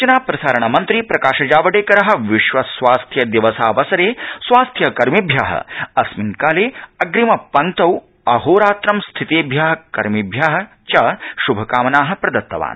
सूचना प्रसारणमन्त्री प्रकाश जावडेकर विश्व स्वास्थ्य दिवसावसरे स्वास्थ्यकर्मिभ्यः अस्मिन् काले अग्रिमपंक्तौ अहोरात्रं स्थितेभ्य कर्मिभ्य श्भकामना प्रदत्तवान्